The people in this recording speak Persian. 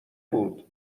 بود